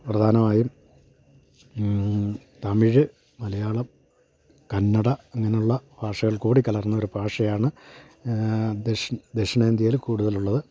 പ്രധാനമായും തമിഴ് മലയാളം കന്നഡ അങ്ങനുള്ള ഭാഷകൾ കൂടിക്കലർന്നൊരു ഭാഷയാണ് ദക്ഷിണേന്ത്യയിൽ കൂടുതലുള്ളത്